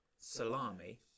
salami